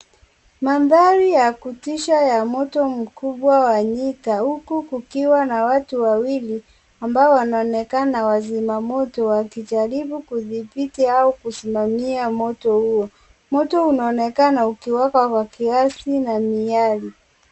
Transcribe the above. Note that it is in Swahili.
Mandhari ya kutisha ya moto mkubwa wa nyika huku kukiwa na watu wawili ambao wanaonekana wazima moto wakijaribu kudhibiti au kusimamia moto huo, moto unaonekana ukiwaka kwa kiasi na miale.